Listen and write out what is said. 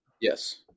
Yes